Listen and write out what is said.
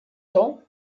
temps